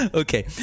okay